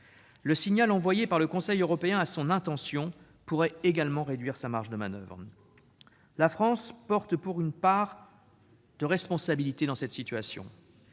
Le signal envoyé par le Conseil européen à son intention pourrait également réduire sa marge de manoeuvre. La France porte une part de responsabilité dans cette situation.